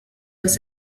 los